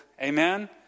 Amen